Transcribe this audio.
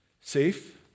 safe